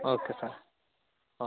okay sir ആ